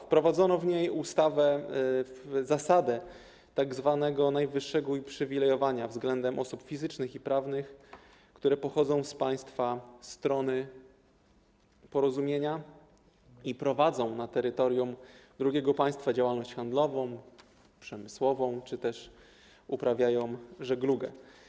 Wprowadzono w niej zasadę tzw. najwyższego uprzywilejowania względem osób fizycznych i prawnych, które pochodzą z państwa strony porozumienia i prowadzą na terytorium drugiego państwa działalność handlową, przemysłową czy też uprawiają żeglugę.